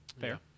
Fair